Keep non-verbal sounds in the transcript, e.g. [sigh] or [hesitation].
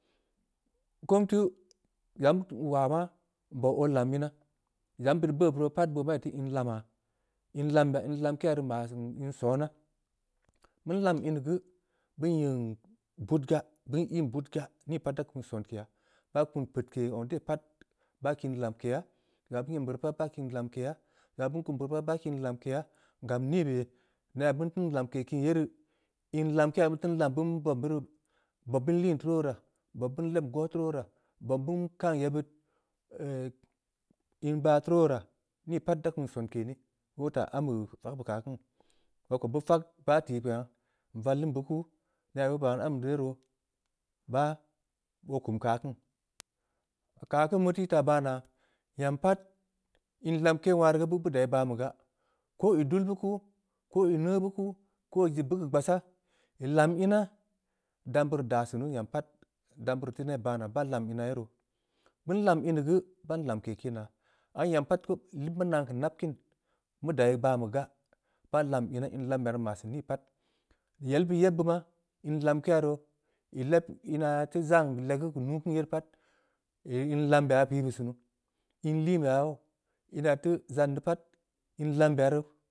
Ko nteu, [unintelligible] tuu waa maa, nbauw oo lam inaa, lanm beuri boo pat i rii in lamaa, in lambe, in lamkeya maa seun, in sona, beun lam ini geu, beun yeun bud gaa, beun iinn beud gaa, nii pat da kum sonkeya, baa kum peudke zong de pat, baa kiin lamkeya, zong aahbeun em beurii pat baa kiin lamkeya, zong aah beun beurii pat baa kiin lamkya, gam nii bei? Nana beun teun lamke kiin ye rii, in lamkeya beunteun lam bobn ye rii, bob bin liin teu ru woraa, bob beun leb gooh tuu ruu woraa, boo beun kaan yebbeud [hesitation] in baa tuu ruu woraa, nii pat da kum sonke neh wotaa ambe keu aah kiin, aah beu beu fag baa tiikengha. nvallin beu kuu, nenaa beu rii ndeu roo, bah, oo kum keu akin, keu aah kin mu teui taa baa naa, nyam pat, in lamke wongha rii beu dai baa beh gaa, koo ii dull beu kuu, ko ii neu beu kuu, ko ii zib keu gbassaa, ii lam inaa, dam beurii daa sunu, yam pat, dam beurii teu ne baa naa, baa lam ina ye roo, beun lam ini guu, ban lamke kinaa, aah nyam pat geu, bit maa naan keu nab kini, mu dai baa be gaa. ban lam inaa, in lambe ya ma seun nii pat, yel beud yebbeu maa. in lamke ya roo, ii leb inaa, teu jan legeu keu nuu kin ye rii pat, in lambe ya beyaa pii beu sunu, in liin be ya yoo, ina teu zan deu pat, in lam be ya roo.